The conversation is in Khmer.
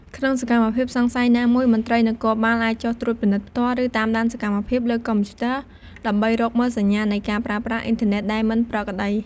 ក្នុងសកម្មភាពសង្ស័យណាមួយ មន្ត្រីនគរបាលអាចចុះត្រួតពិនិត្យផ្ទាល់ ឬតាមដានសកម្មភាពលើកុំព្យូទ័រ ដើម្បីរកមើលសញ្ញានៃការប្រើប្រាស់អ៊ីនធឺណិតដែលមិនប្រក្រតី។